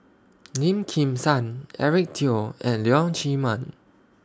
Lim Kim San Eric Teo and Leong Chee Mun